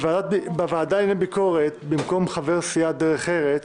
בוועדה לענייני ביקורת, במקום חבר סיעת דרך ארץ,